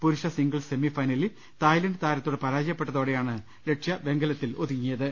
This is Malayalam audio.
പുരുഷ സിംഗിൾസ് സെമി ഫൈനലിൽ തായ്ലന്റ് താരത്തോട് പരാജയപ്പെട്ടതോടെയാണ് ലക്ഷ്യ വെങ്കലത്തിലൊതു ങ്ങിയത്